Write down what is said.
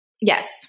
Yes